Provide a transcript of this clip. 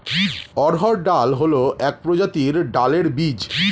অড়হর ডাল হল এক প্রজাতির ডালের বীজ